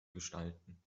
gestalten